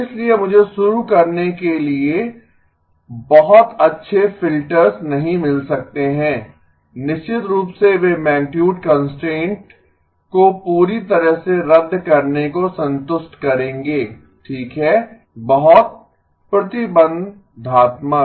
इसलिए मुझे शुरू करने के लिए बहुत अच्छे फिल्टर्स नहीं मिल सकते हैं निश्चित रूप से वे मैगनीटुड कंस्ट्रेंट को पूरी तरह से रद्द करने को संतुष्ट करेंगें ठीक है बहुत प्रतिबंधात्मक